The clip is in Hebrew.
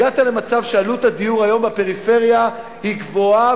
הגעת למצב שעלות הדיור היום בפריפריה היא גבוהה,